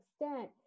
extent